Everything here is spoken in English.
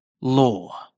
law